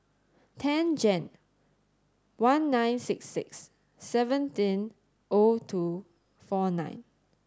ten Jan one nine six six seventeen O two four nine